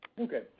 Okay